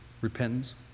repentance